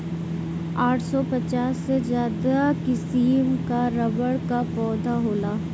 आठ सौ पचास से ज्यादा किसिम कअ रबड़ कअ पौधा होला